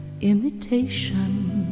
imitation